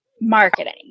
marketing